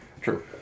True